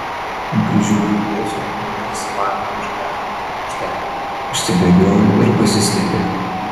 nukryžiuojant jėzų jie tarsi vanago išgąsdinti paukšteliai išsibėgiojo ir pasislėpė